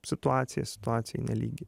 situacija situacijai nelygi